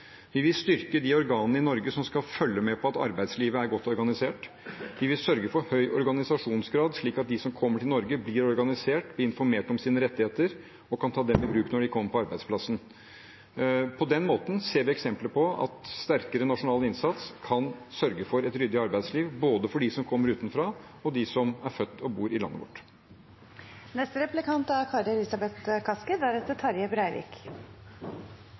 Vi vil styrke de organene i Norge som skal følge med på at arbeidslivet er godt organisert. Vi vil sørge for høy organisasjonsgrad, slik at de som kommer til Norge, blir organisert, blir informert om sine rettigheter og kan ta dem i bruk når de kommer på arbeidsplassen. På den måten ser vi eksempler på at sterkere nasjonal innsats kan sørge for et ryddig arbeidsliv, både for dem som kommer utenifra, og for dem som er født og bor i landet